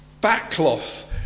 backcloth